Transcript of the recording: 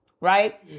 Right